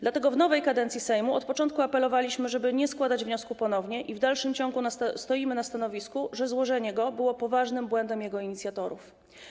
Dlatego w nowej kadencji Sejmu od początku apelowaliśmy, żeby nie składać wniosku ponownie, i w dalszym ciągu stoimy na stanowisku, że złożenie go było poważnym błędem jego inicjatorów.